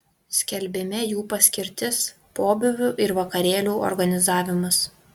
skelbime jų paskirtis pobūvių ir vakarėlių organizavimas